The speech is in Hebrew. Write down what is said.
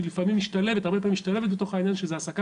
שהיא הרבה פעמים משתלבת בתוך העניין וזו העסקה